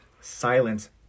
silence